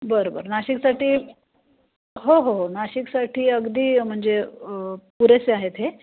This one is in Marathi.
बरं बरं नाशिकसाठी हो हो हो नाशिकसाठी अगदी म्हणजे पुरेसे आहेत हे